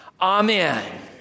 Amen